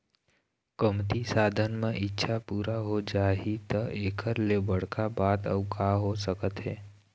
कमती साधन म इच्छा पूरा हो जाही त एखर ले बड़का बात अउ का हो सकत हे